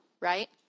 right